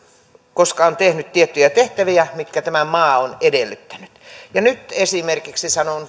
koska on tehnyt tiettyjä tehtäviä mitkä tämä maa on edellyttänyt ja nyt sanon